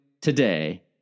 Today